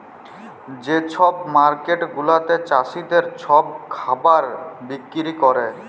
যে ছব মার্কেট গুলাতে চাষীদের ছব খাবার বিক্কিরি ক্যরে